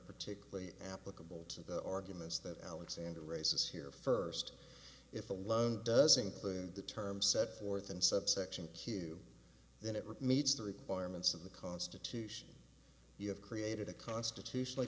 particularly applicable to the arguments that alexander raises here first if the loan does include the terms set forth in subsection q then it rick meets the requirements of the constitution you have created a constitutionally